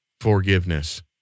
forgiveness